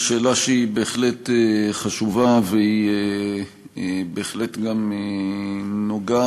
על שאלה שהיא בהחלט חשובה ובהחלט גם נוגעת